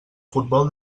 futbol